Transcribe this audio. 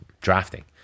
drafting